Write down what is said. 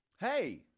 Hey